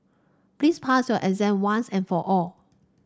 please pass your exam once and for all